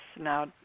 now